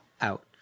out